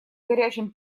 горячем